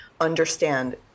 understand